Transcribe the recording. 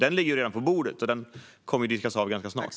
Den ligger ju redan på bordet och kommer att klaras av ganska snart.